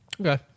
Okay